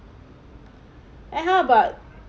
and how about